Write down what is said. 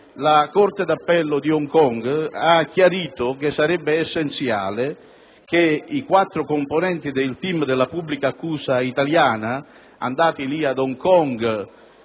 la corte di appello di Hong Kong ha chiarito che sarebbe essenziale che i quattro componenti del *team* della pubblica accusa italiana, andati a Hong Kong